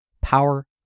power